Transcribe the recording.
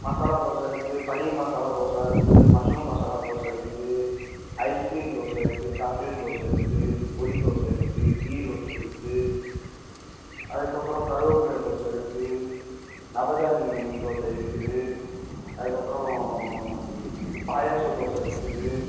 மசாலா தோசை இருக்குது பன்னீர் மசாலா தோசை இருக்குது மஷ்ரூம் மசாலா தோசை இருக்குது ஐஸ் க்ரீம் தோசை இருக்குது சாக்லேட் தோசை இருக்குது பொடி தோசை இருக்குது கீ ரோஸ்ட் இருக்குது அதுக்கப்புறம் கருவேப்பில்ல தோசை இருக்குது நவதானியம் தோசை இருக்குது அதுக்கப்புறம் பாயாச தோசை இருக்குது